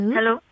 Hello